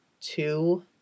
two